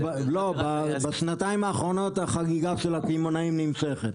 בשנתיים האחרונות החגיגה של הקמעונאים נמשכת.